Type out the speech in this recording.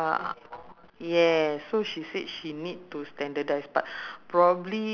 texture of the noodles ah you must get the right person to do it you know